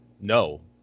no